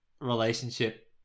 relationship